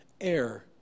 air